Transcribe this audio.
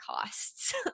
costs